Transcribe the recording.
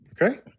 Okay